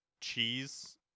Cheese